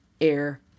air